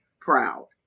proud